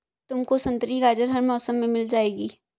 तुमको संतरी गाजर हर मौसम में मिल जाएगी